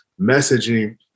messaging